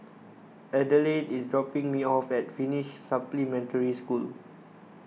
Adelaide is dropping me off at Finnish Supplementary School